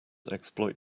exploit